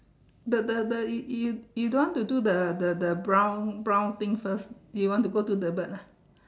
the the the you you you don't want to do the the the brown brown thing first you want to go to the bird lah